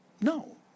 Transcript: No